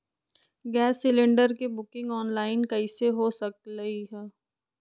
Gas cylinder के booking online कईसे हो सकलई ह?